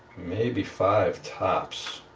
maybe five tops.